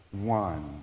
one